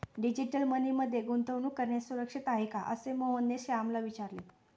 digital money मध्ये गुंतवणूक करणे सुरक्षित आहे का, असे मोहनने श्यामला विचारले